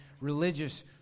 religious